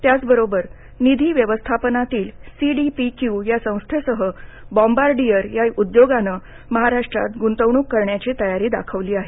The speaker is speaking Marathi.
त्याचबरोबर निधी व्यवस्थापनातील सीडीपीक्यू या संस्थेसह बॉम्बार्डिअर या उद्योगानं महाराष्ट्रात ग्रंतवणूक करायची तयारी दाखवली आहे